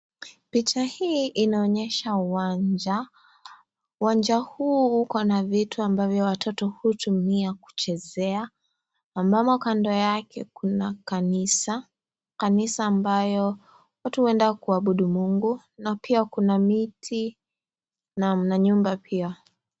Picha hii inaonyesha uwanja. Uwanja huu una vitu ambavyo watoto hutumia kuchezea. Tunaona kando yake kuna kanisa. Kanisa ambayo watu huenda kuabudu mungu. Na pia kuna miti na manyumba pia.